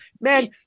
Man